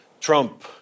Trump